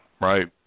right